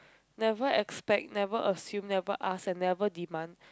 never expect never assume never ask and never demand